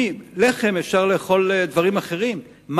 במקום לחם אפשר לאכול דברים אחרים,